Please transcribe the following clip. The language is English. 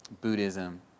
Buddhism